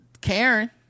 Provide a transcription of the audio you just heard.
karen